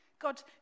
God